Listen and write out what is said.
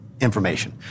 information